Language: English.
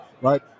right